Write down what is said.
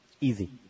Easy